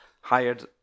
hired